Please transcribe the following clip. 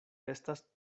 estas